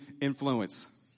influence